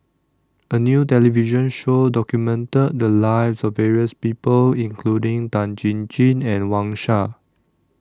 A New television Show documented The Lives of various People including Tan Chin Chin and Wang Sha